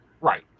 Right